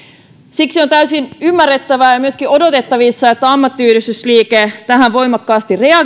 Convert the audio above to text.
siksi on täysin ymmärrettävää ja myöskin odotettavissa että ammattiyhdistysliike tähän voimakkaasti